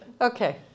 Okay